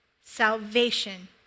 salvation